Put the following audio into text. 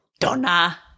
Donna